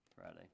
Friday